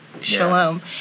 shalom